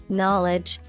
knowledge